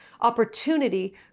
opportunity